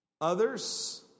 others